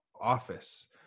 office